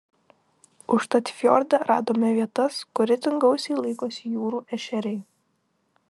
užtat fjorde radome vietas kur itin gausiai laikosi jūrų ešeriai